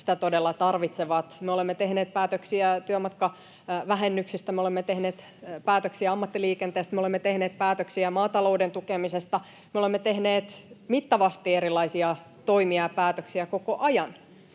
sitä todella tarvitsevat, me olemme tehneet päätöksiä työmatkavähennyksestä, me olemme tehneet päätöksiä ammattiliikenteestä ja me olemme tehneet päätöksiä maatalouden tukemisesta. Me olemme tehneet mittavasti erilaisia toimia ja päätöksiä koko ajan,